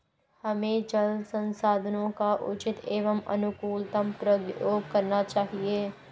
हमें जल संसाधनों का उचित एवं अनुकूलतम प्रयोग करना चाहिए